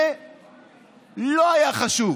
זה לא היה חשוב